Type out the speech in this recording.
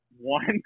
one